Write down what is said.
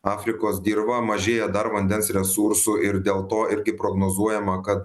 afrikos dirvą mažėja dar vandens resursų ir dėl to irgi prognozuojama kad